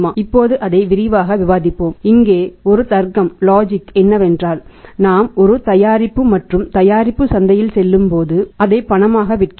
இப்போது அதை விரிவாக விவாதிப்போம் இங்கே ஒரு தர்க்கம் என்னவென்றால் நாம் ஒரு தயாரிப்பு மற்றும் தயாரிப்பு சந்தையில் செல்லும் போது அதை பணமாக விற்கிறோம்